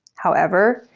however,